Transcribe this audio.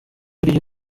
iryo